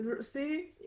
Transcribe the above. see